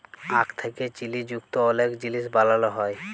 আখ থ্যাকে চিলি যুক্ত অলেক জিলিস বালালো হ্যয়